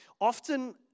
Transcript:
Often